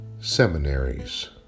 Seminaries